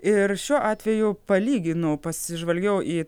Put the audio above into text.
ir šiuo atveju palyginau pasižvalgiau į